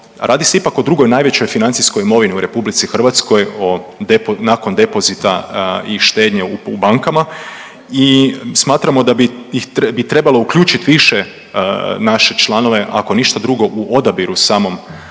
radi se ipak o drugoj najvećoj financijskoj imovini u RH nakon depozita i štednje u bankama i smatramo da bi trebalo uključit više naše članove, ako ništa drugo u odabiru samom